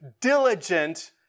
diligent